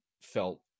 felt